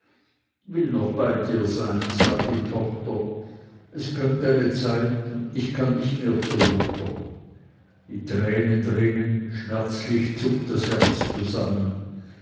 will noch bei dir sein sagt die tochter es kömmt eine zeit ich kann nicht mehr zur mutter die tränen rinnen und schmerzlich zuckt das herz zusammen